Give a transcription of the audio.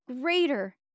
greater